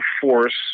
force